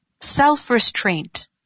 self-restraint